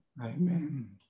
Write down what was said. Amen